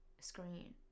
Screen